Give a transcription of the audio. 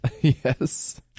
Yes